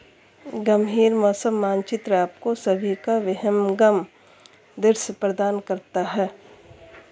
गंभीर मौसम मानचित्र आपको सभी का विहंगम दृश्य प्रदान करता है